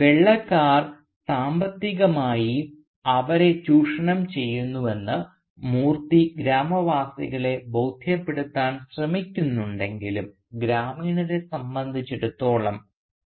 വെള്ളക്കാർ സാമ്പത്തികമായി അവരെ ചൂഷണം ചെയ്യുന്നുവെന്ന് മൂർത്തി ഗ്രാമവാസികളെ ബോധ്യപ്പെടുത്താൻ ശ്രമിക്കുന്നുണ്ടെങ്കിലും ഗ്രാമീണരെ സംബന്ധിച്ചിടത്തോളം